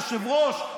היושב-ראש,